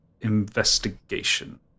investigation